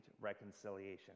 reconciliation